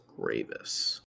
Gravis